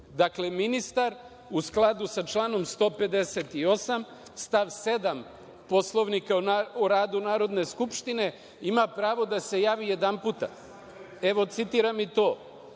Dakle, ministar u skladu sa članom 158. stav 7. Poslovnika o radu Narodne skupštine ima pravo da se javi jedanput, evo, citiram i to